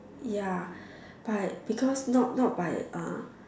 ya but because not not by uh